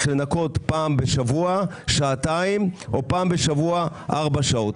לנקות פעם בשבוע שעתיים או פעם בשבוע ארבע שעות.